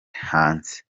hanze